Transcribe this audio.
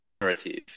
narrative